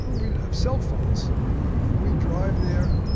we didn't have cell phones, so we drive there,